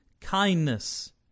Kindness